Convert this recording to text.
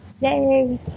Yay